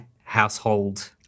household